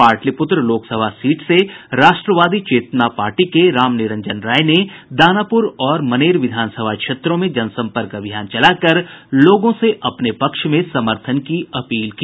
Pataliputra Lok Sabha seat से Rashtravadi Chetna Party के राम निरंजन राय ने दानापुर और मनेर विधानसभा क्षेत्रों में जनसंपर्क अभियान चलाकर लोगों से अपने पक्ष में समर्थन की अपील की